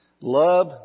Love